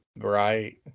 Right